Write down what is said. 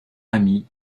ami